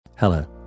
Hello